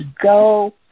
go